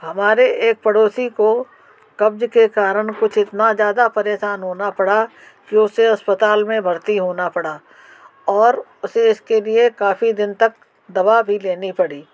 हमारे एक पड़ोसी को कब्ज़ के कारण कुछ इतना ज़्यादा परेशान होना पड़ा कि उसे अस्पताल में भर्ती होना पड़ा और उसे इसके लिए काफ़ी दिन तक दवा भी लेनी पड़ी